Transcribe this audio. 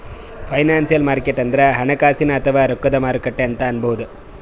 financial market ಅಂದ್ರ ಹಣಕಾಸಿನ್ ಅಥವಾ ರೊಕ್ಕದ್ ಮಾರುಕಟ್ಟೆ ಅಂತ್ ಅನ್ಬಹುದ್